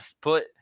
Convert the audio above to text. put